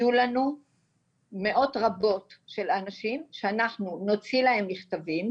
יהיו לנו מאות רבות של אנשים שאנחנו נוציא להם מכתבים,